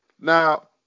now